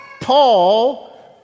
Paul